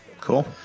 Cool